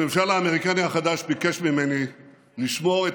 הממשל האמריקני החדש ביקש ממני לשמור את